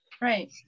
Right